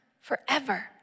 forever